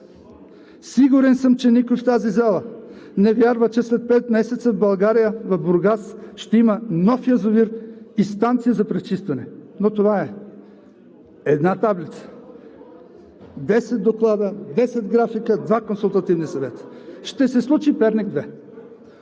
Сигурен съм, че никой в тази зала не вярва, че след пет месеца в България, в Бургас ще има нов язовир и станция за пречистване. Но това е. Една таблица, 10 доклада, 10 графики, два консултативни съвета. Ще се случи Перник-2.